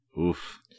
oof